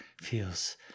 feels